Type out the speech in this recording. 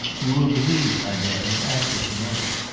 you will believe, adele, after to-night.